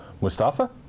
Mustafa